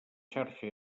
xarxa